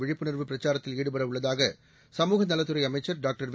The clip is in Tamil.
விழிப்புணர்வு பிரச்சாரத்தில் ஈடுபடவுள்ளதாக சமூக நலத்துறை அமைச்சர் டாக்டர் வெ